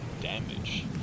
damage